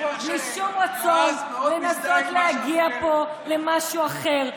בלי שום רצון לנסות להגיע פה למשהו אחר,